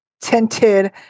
tinted